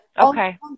Okay